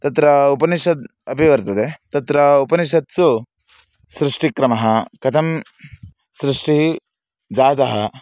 तत्र उपनिषद् अपि वर्तते तत्र उपनिषत्सु सृष्टिक्रमः कथं सृष्टिः जाता